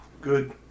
good